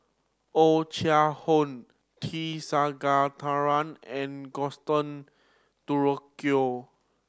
Oh Chai Hoo T Sasitharan and Gaston Dutronquoy